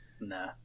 nah